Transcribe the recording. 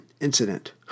incident